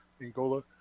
Angola